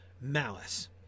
malice